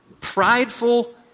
prideful